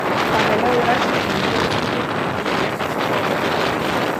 pagaliau ir aš išbandžiau visų taip apkalbėtą strobingą